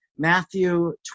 Matthew